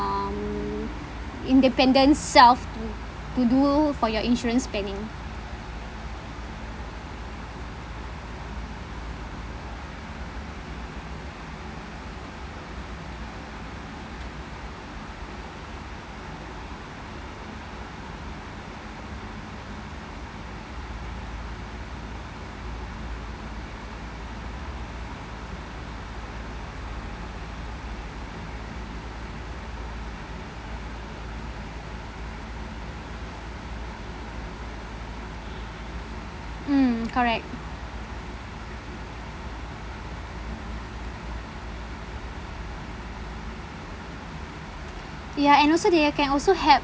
um independent self would do for your insurance planning mm correct ya and also they can also help